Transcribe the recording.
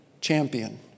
champion